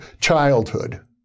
childhood